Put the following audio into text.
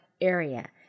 area